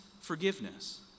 forgiveness